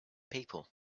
people